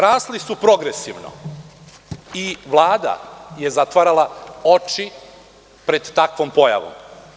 Rasli su progresivno i Vlada je zatvarala oči pred takvom pojavom.